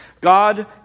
God